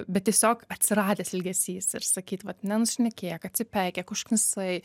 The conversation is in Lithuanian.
bet tiesiog atsiradęs ilgesys ir sakyt kad nenusišnekėk atsipeikėk užknisai